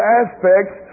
aspects